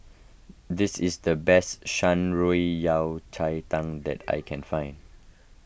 this is the best Shan Rui Yao Cai Tang that I can find